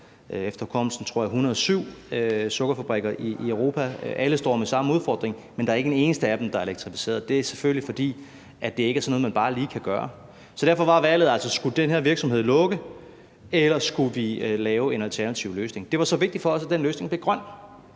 efter hukommelsen, 107 sukkerfabrikker i Europa. Alle står med samme udfordring, men der er ikke en eneste af dem, der er elektrificeret. Det er selvfølgelig, fordi det ikke er sådan noget, man bare lige kan gøre. Så derfor var valget altså: Skulle den her virksomhed lukke, eller skulle vi lave en alternativ løsning? Det var så vigtigt for os, at den løsning blev grøn,